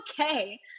okay